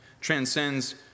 transcends